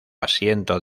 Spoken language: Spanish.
asiento